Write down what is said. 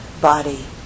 body